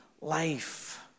life